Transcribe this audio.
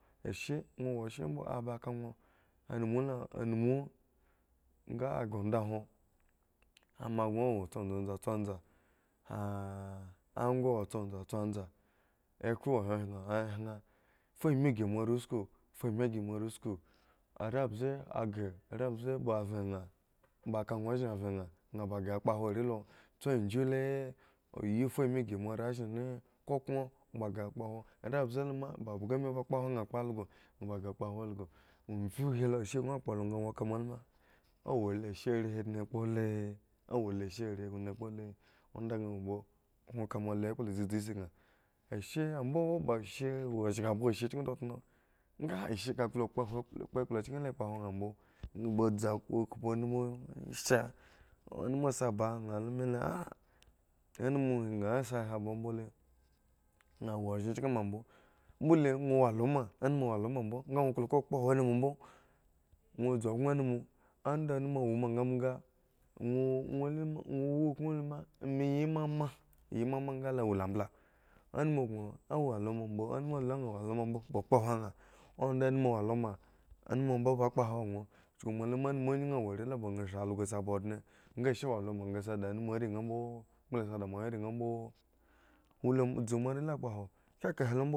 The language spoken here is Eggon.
Ashe ŋwwo shye mbo aba kaŋuro a anmu lo anmu nga a ghre onda hwon ama gŋo wo tso tso sta tso tsa ah akho wo tso tso tsa ekhro wo hrehre a hre fu ami ygi moare usku fu ami ygi moare usku are mbze aghre are mbze kpha veŋ nha mba kanha ozhen aven nha mba ghre kpohwo are lo tso akhu le, oyi fu ami ygi moare azhin le koko lo mba ghre kpoharo are ambze lu ma bhgabhga ba kpohwo me kpo algo nha ba kpohwo also mrye he lo ashe gŋokpo he lo ŋwo ka moa la awo le ashe wo shghabhgo ashe chki tnotno nga ashe akolo kpohwo klo kpo akpla chki la kan kpohoro aha mbo dzu kbhu anun sha anum si ba nba lu mice ah anud nha sa he ba mbole nha wo ozhen chki ma mbo mbole ŋwo wo luma anum wo loma mbo nga ŋuro ka klo kpohwo anum mbo ŋwo dzu gŋo anum a da anum wom kambo ka ŋwo luma ŋwo wukuŋ luma me yi mama ayi mama ngalawo lambla anum gno awo lo mambo anum lu nhawa lomambo ŋwo kpohwo nha onda anum woloma anum mbo aba kpohwo ŋwo chuku moalula ranum anyi awo are la ban shialso s ba ondne nga ashe wo lo ma nga ashe si di anum rii nga mbo? Kpo lo si di moawyen rii nga mbo dzu moare la kpohwo ekakahe lo mbo.